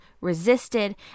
resisted